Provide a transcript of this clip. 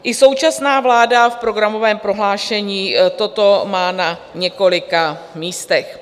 I současná vláda v programovém prohlášení toto má na několika místech.